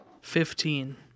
Fifteen